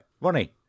Ronnie